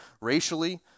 racially